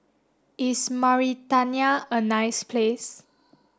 is Mauritania a nice place